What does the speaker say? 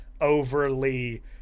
overly